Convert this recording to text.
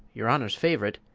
your honour's favourite,